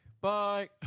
Bye